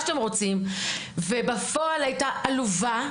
ובפועל הייתה עלובה,